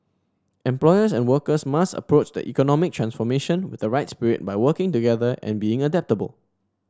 employers and workers must approach the economic transformation with the right spirit by working together and being adaptable